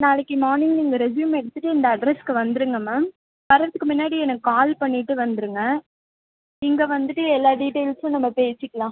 நாளைக்கு மார்னிங் நீங்கள் ரெஸ்யூமை எடுத்துகிட்டு இந்த அட்ரெஸுக்கு வந்துருங்கள் மேம் வரறதுக்கு முன்னாடி எனக்கு கால் பண்ணிட்டு வந்துருங்கள் இங்கே வந்துகிட்டு எல்லா டீட்டெயில்ஸும் நம்ம பேசிக்கலாம்